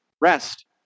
rest